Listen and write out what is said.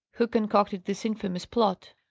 who concocted this infamous plot?